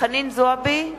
חנין זועבי,